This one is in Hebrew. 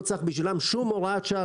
לא צריך בשבילם שום הוראת שעה,